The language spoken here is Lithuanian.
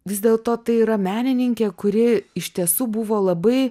vis dėlto tai yra menininkė kuri iš tiesų buvo labai